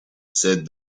said